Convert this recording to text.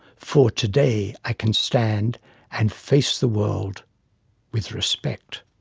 for today i can stand and face the world with respect.